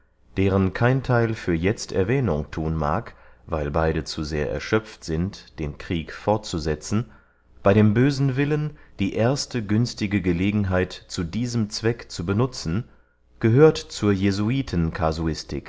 deren kein theil für jetzt erwähnung thun mag weil beyde zu sehr erschöpft sind den krieg fortzusetzen bey dem bösen willen die erste günstige gelegenheit zu diesem zweck zu benutzen gehört zur jesuitencasuistik